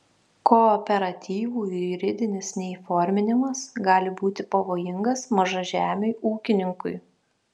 kooperatyvų juridinis neįforminimas gali būti pavojingas mažažemiui ūkininkui